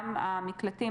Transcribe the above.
גם המקלטים,